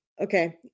Okay